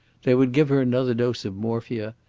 they would give her another dose of morphia,